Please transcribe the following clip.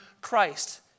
Christ